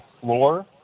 floor